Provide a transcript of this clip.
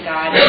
God